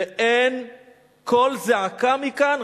ואין קול זעקה מכאן?